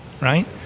right